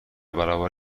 برابر